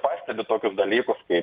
pastebiu tokius dalykus kai